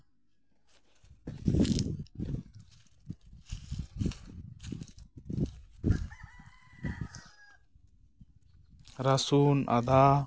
ᱨᱟᱥᱩᱱ ᱟᱫᱟ